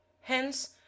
Hence